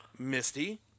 Misty